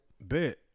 Bet